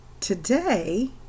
today